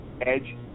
Edge